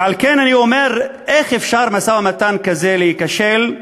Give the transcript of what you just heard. ועל כן אני אומר: איך אפשר שמשא-ומתן כזה ייכשל?